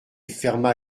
ferma